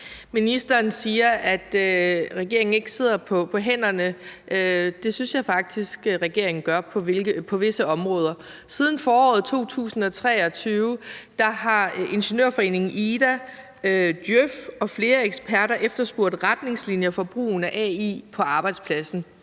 Ministeren siger, at regeringen ikke sidder på hænderne. Det synes jeg faktisk regeringen gør på visse områder. Siden foråret 2023 har ingeniørforeningen IDA, Djøf og flere eksperter efterspurgt retningslinjer for brugen af AI på arbejdspladsen,